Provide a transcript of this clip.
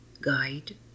guide